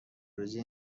روزی